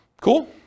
Cool